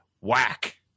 whack